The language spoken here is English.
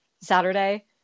Saturday